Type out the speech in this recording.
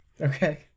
okay